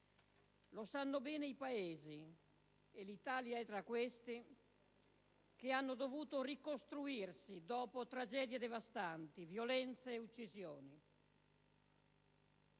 Lo sanno bene i Paesi - e l'Italia è tra questi - che hanno dovuto ricostruirsi dopo tragedie devastanti, violenze ed uccisioni.